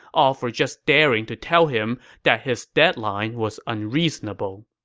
all for just daring to tell him that his deadline was unreasonable.